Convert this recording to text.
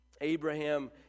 Abraham